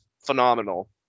phenomenal